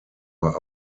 are